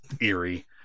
eerie